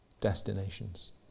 destinations